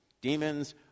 Demons